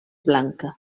blanca